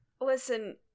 Listen